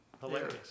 hilarious